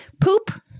poop